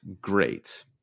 great